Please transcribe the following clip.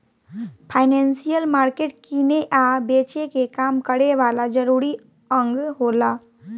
financial market किने आ बेचे के काम करे वाला जरूरी अंग होला